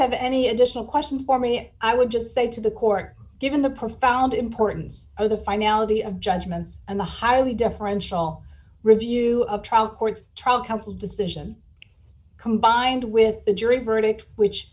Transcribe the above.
have any additional questions for me i would just say to the court given the profound importance of the finality of judgment and the highly deferential review of trial court trial counsel decision combined with the jury verdict which